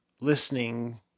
listening